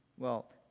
well,